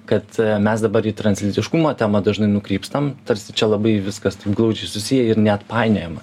kad mes dabar į translytiškumo temą dažnai nukrypstam tarsi čia labai viskas taip glaudžiai susiję ir neatpainiojama